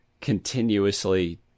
continuously